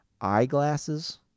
eyeglasses